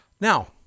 Now